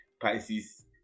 Pisces